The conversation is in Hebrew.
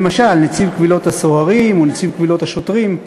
למשל, נציב קבילות הסוהרים ונציב קבילות השוטרים.